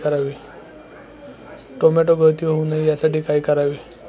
Tomato गळती होऊ नये यासाठी काय करावे?